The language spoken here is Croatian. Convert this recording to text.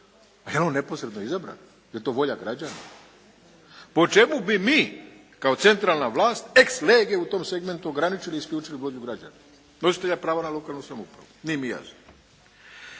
A je on neposredno izabran, je li to volja građana? Po čemu mi kao centralna vlast ex lege u tom segmentu graničili isključivo volju građana, nositelja prava na lokalnu samoupravu? Nije mi jasno.